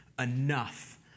enough